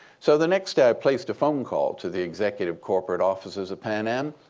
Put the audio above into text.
so the next day, i placed a phone call to the executive corporate offices of pan am.